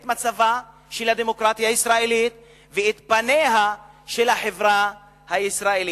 את מצבה של הדמוקרטיה הישראלית ואת פניה של החברה הישראלית.